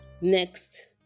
next